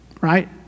right